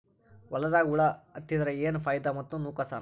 ಹೊಲದಾಗ ಹುಳ ಎತ್ತಿದರ ಏನ್ ಫಾಯಿದಾ ಮತ್ತು ನುಕಸಾನ?